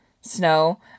Snow